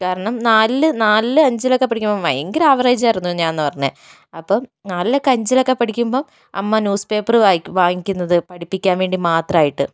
കാരണം നാലില് നാലില് അഞ്ചിലൊക്കെ പഠിക്കുമ്പോൾ ഭയങ്കര ആവറേജ് ആയിരുന്നു ഞാൻ എന്ന് പറഞ്ഞാൽ അപ്പം നാലിലൊക്കെ അഞ്ചിലൊക്കെ പഠിക്കുമ്പോൾ അമ്മ ന്യൂസ് പേപ്പർ വായിക്കും വാങ്ങിക്കുന്നത് പഠിപ്പിക്കാൻ വേണ്ടി മാത്രം ആയിട്ട്